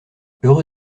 heureux